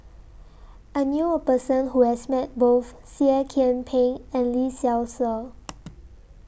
I knew A Person Who has Met Both Seah Kian Peng and Lee Seow Ser